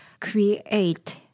create